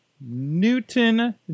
Newton